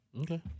Okay